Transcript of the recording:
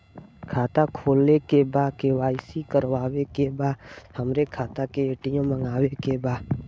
खाता खोले के बा के.वाइ.सी करावे के बा हमरे खाता के ए.टी.एम मगावे के बा?